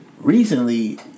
Recently